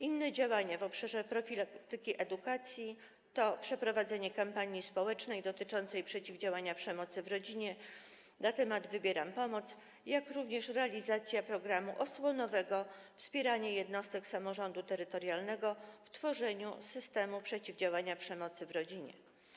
Inne działania w obszarze profilaktyki i edukacji to przeprowadzenie kampanii społecznej dotyczącej przeciwdziałania przemocy w rodzinie „Wybieram pomoc”, jak również realizacja programu osłonowego „Wspieranie jednostek samorządu terytorialnego w tworzeniu systemu przeciwdziałania przemocy w rodzinie”